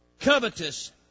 covetous